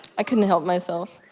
i couldn't help myself.